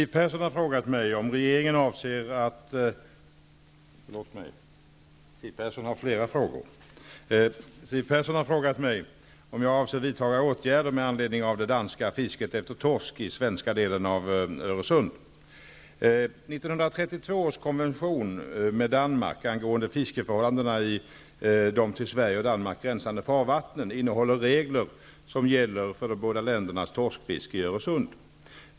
Fru talman! Siw Persson har frågat mig om jag avser att vidta åtgärder med anledning av det danska fisket efter torsk i den svenska delen av Öresund. 1932 års konvention med Danmark angående fiskeriförhållandena i de till Sverige och Danmark gränsande farvattnen innehåller regler, vilka gäller för de båda ländernas torskfiske i Öresund.